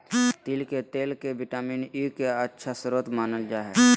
तिल के तेल के विटामिन ई के अच्छा स्रोत मानल जा हइ